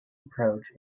approach